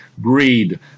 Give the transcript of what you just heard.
greed